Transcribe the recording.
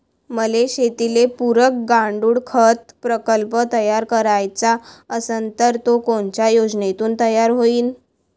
मले शेतीले पुरक गांडूळखत प्रकल्प तयार करायचा असन तर तो कोनच्या योजनेतून तयार होईन?